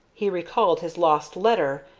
he recalled his lost letter,